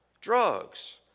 Drugs